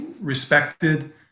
respected